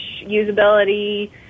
usability